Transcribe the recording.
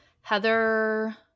Heather